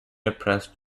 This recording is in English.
oppressed